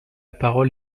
parole